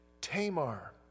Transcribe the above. Tamar